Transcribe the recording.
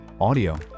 audio